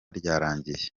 ryarangiye